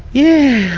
yeah,